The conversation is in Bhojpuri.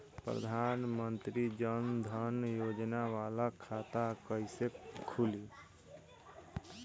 प्रधान मंत्री जन धन योजना वाला खाता कईसे खुली?